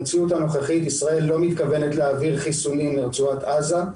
במציאות הנוכחית ישראל לא מתכוונת להעביר חיסונים לרצועת עזה.